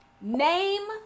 Name